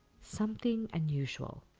something unusual.